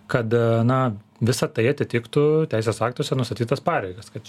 kada na visa tai atitiktų teisės aktuose nustatytas pareigas kad